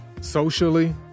socially